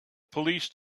police